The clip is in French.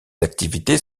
activités